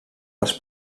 les